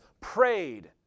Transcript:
prayed